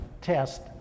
test